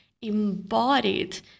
embodied